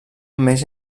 més